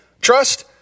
Trust